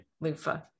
loofah